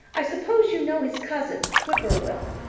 i suppose you know his cousin, whip-poor-will.